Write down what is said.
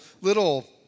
little